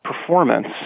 performance